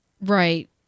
right